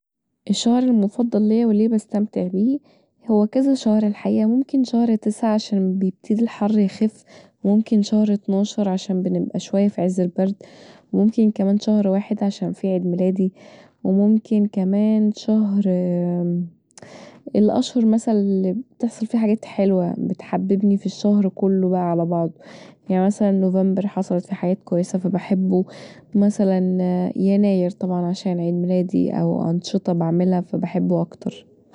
الشهر المفضل ليا وليه بستمتع بيه؟ هو كذا شهر الحقيقة ممكن شهر تسعه عشان بيبتدي الحر يخف وممكن شهر اتناشر عشان بنبقي شويه في عز البرد وممكن كمان شهر واحد عشان فيه عيد ميلادي وممكن كمان شهر الأشهر مثلا اللي بتحصل فيها حاجات حلوه بتحببني في الشهر كله بقي علي بعضه يعني مثلا نوفمبر حصلت فيه حاجات كويسه فبحبه، مثلا يناير طبعا عشان عيد ميلادي او انشطه بعملها فبحبه اكتر